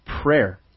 prayer